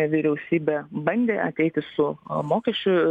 vyriausybė bandė ateiti su mokesčių